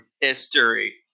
history